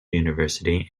university